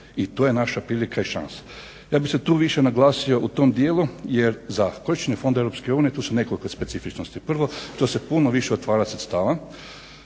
i to je naša prilika i šansa. Ja bih se tu više naglasio u tom dijelu jer za … fondove Europske unije tu su nekoliko specifičnosti. Prvo to se puno više otvara sredstava